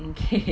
okay